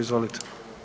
Izvolite.